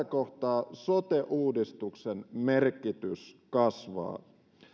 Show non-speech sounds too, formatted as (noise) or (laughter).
(unintelligible) kohtaa sote uudistuksen merkitys kasvaa